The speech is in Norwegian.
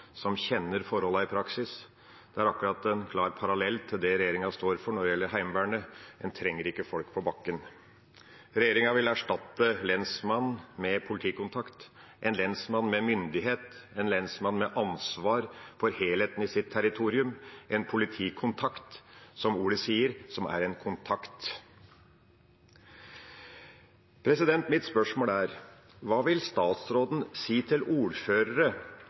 klar parallell til det regjeringa står for når det gjelder Heimevernet: En trenger ikke folk på bakken. Regjeringa vil erstatte lensmannen med en politikontakt, en lensmann med myndighet, en lensmann med ansvar for helheten på sitt territorium. En politikontakt er – som ordet sier – en kontakt. Mitt spørsmål er: Hva vil statsråden si til ordførere